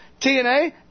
TNA